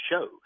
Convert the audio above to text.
shows